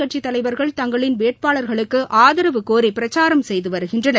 கட்சித்தலைவர்கள் தங்களின் வேட்பாளர்களுக்குஆதரவு கோரிபிரச்சாரம் அரசியல் செய்துவருகின்றனர்